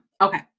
Okay